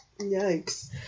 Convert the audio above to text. yikes